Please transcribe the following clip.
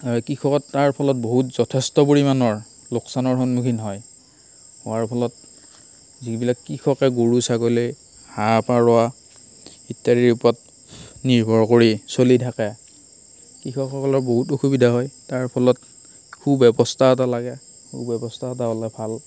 আৰু কৃষকৰ তাৰ ফলত বহুত যথেষ্ট পৰিমাণৰ লোকচানৰ সন্মুখীন হয় হোৱাৰ ফলত যিবিলাক কৃষকে গৰু ছাগলী হাঁহ পাৰ ইত্য়াদিৰ ওপৰত নিৰ্ভৰ কৰি চলি থাকে কৃষকসকলৰ বহুত অসুবিধা হয় তাৰ ফলত সু ব্য়ৱস্থা এটা লাগে সু ব্য়ৱস্থা এটা হ'লে ভাল